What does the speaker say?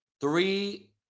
three